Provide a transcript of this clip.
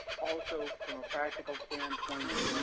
also, from a practical standpoint,